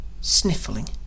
sniffling